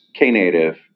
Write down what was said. Knative